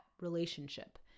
relationship